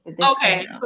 Okay